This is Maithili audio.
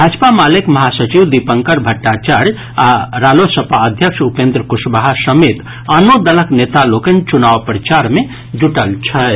भाजपा मालेक महासचिव दीपंकर भट्टाचार्य आ रालोसपा अध्यक्ष उपेन्द्र कुशवाहा समेत आनो दलक नेता लोकनि चुनाव प्रचार मे जुटल छथि